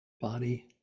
body